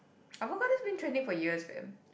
avocado has been trending for years fame